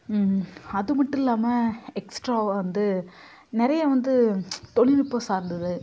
அது மட்டும் இல்லாமல் எக்ஸ்ட்ராவாக வந்து நிறைய வந்து தொழில்நுட்பம் சார்ந்தது